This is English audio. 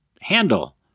handle